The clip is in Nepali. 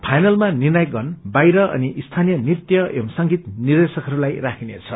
फाइनलमा निर्णायक्रगण बाहिर अनि स्थानिय नृत्य एंव संगीत निर्देशकहरूलाई राखिने छ